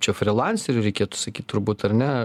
čia frilaseriu reikėtų sakyt turbūt ar ne